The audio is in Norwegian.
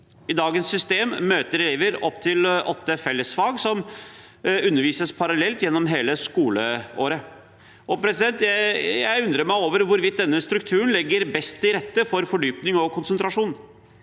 I dagens system møter elevene opptil åtte fellesfag, som undervises parallelt gjennom hele skoleåret. Jeg undrer meg over hvorvidt denne strukturen legger best til rette for fordypning og konsentrasjon.